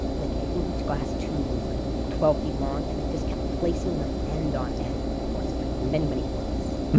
like i think each glass tube was like twelve feet long and they just kept placing them end on end over the course of like many, many months,